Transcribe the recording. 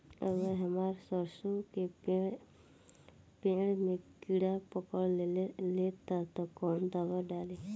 अगर हमार सरसो के पेड़ में किड़ा पकड़ ले ता तऽ कवन दावा डालि?